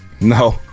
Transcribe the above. No